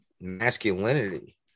masculinity